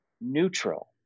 neutral